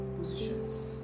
positions